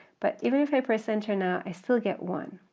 but even if i press enter now i still get one,